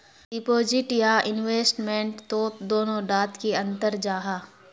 Deposit या investment तोत दोनों डात की अंतर जाहा?